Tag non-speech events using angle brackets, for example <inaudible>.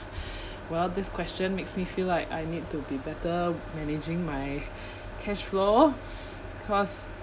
<breath> well this question makes me feel like I need to be better managing my cash flow <breath> cause